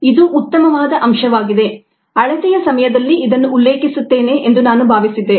ಇದು ಉತ್ತಮವಾದ ಅಂಶವಾಗಿದೆ ಅಳತೆಯ ಸಮಯದಲ್ಲಿ ಇದನ್ನು ಉಲ್ಲೇಖಿಸುತ್ತೇನೆ ಎಂದು ನಾನು ಭಾವಿಸಿದ್ದೆ